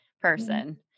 person